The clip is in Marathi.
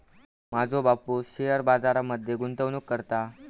माझो बापूस शेअर बाजार मध्ये गुंतवणूक करता